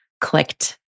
clicked